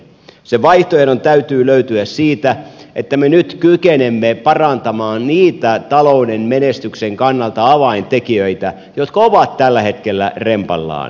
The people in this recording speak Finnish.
sen vaihtoehdon täytyy löytyä siitä että me nyt kykenemme parantamaan niitä talouden menestyksen kannalta avaintekijöitä jotka ovat tällä hetkellä rempallaan